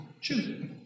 Choose